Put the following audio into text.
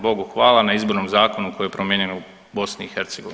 Bogu hvala na Izbornom zakonu koji je promijenjen u BiH.